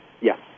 Yes